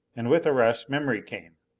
and with a rush, memory came.